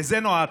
לזה נועדתי.